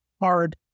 hard